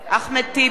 (קוראת בשמות חברי הכנסת) אחמד טיבי,